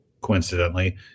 coincidentally